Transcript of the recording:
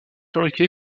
fabriquée